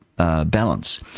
Balance